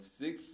six